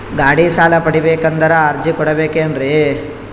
ಗಾಡಿ ಸಾಲ ಪಡಿಬೇಕಂದರ ಅರ್ಜಿ ಕೊಡಬೇಕೆನ್ರಿ?